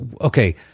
okay